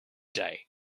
day